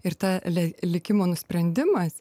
ir ta likimo nusprendimas